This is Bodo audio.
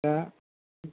हो